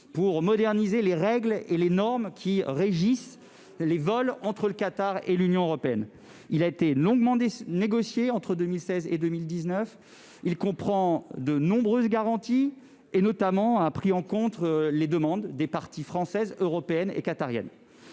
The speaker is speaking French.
à moderniser les règles et les normes qui régissent les vols entre le Qatar et l'Union européenne. Il a été longuement négocié entre 2016 et 2019. Il comprend de nombreuses garanties. Les demandes des parties française, européenne et qatarie